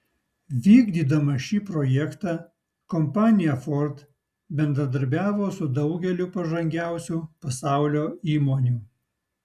vykdydama šį projektą kompanija ford bendradarbiavo su daugeliu pažangiausių pasaulio įmonių